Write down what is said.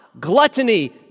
Gluttony